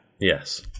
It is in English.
Yes